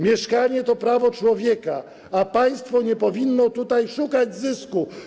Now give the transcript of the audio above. Mieszkanie to prawo człowieka, a państwo nie powinno tutaj szukać zysku.